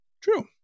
True